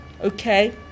Okay